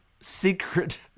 secret